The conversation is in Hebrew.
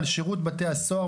אתם הקוזאק שנגזל.